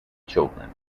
children